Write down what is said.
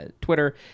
twitter